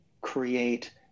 create